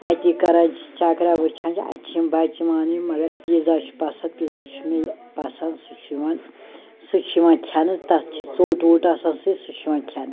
أتی کران چھِ چکرا وُچھان چھِ اَتہِ چھِ یِم بَچہٕ یِوان مگر پیٖزا چھِ پسنٛد پیٖزا چھِ مےٚ یہِ پسنٛد سُہ چھِ یِوان سُہ چھِ یِوان کھیٚنہٕ تَتھ چھِ ژھوٚٹ ووٚٹ آسان سۭتۍ سُہ چھِ یِوان کھیٚنہٕ